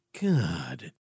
god